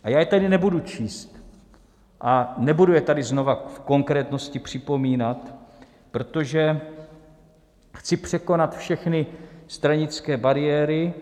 Já je tady nebudu číst a nebudu je tady znova v konkrétnosti připomínat, protože chci překonat všechny stranické bariéry.